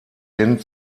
hin